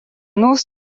нүүрс